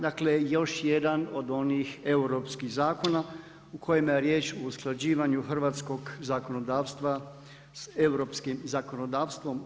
Dakle još jedan od onih europskih zakona u kojima je riječ o usklađivanju hrvatskog zakonodavstva sa europskim zakonodavstvom.